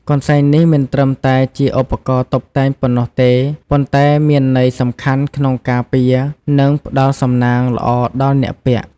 កន្សែងនេះមិនត្រឹមតែជាឧបករណ៍តុបតែងប៉ុណ្ណោះទេ ប៉ុន្តែមានន័យសំខាន់ក្នុងការពារ និងផ្ដល់សំណាងល្អដល់អ្នកពាក់។